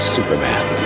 Superman